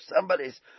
somebody's